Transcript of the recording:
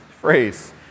phrase